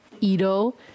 Ito